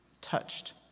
touched